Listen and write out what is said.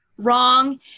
wrong